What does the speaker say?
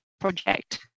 project